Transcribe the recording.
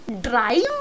drive